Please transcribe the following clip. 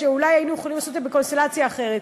שאולי היינו יכולים לעשות את זה בקונסטלציה אחרת.